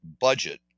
budget